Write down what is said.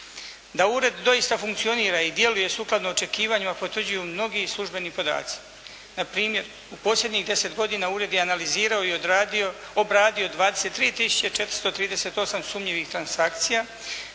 Da ured doista funkcionira i djeluje sukladno očekivanjima potvrđuju mnogi službeni podaci. Na primjer u posljednjih 10 godina ured je analizirao i odradio, obradio 23 tisuće 438 sumnjivih transakcija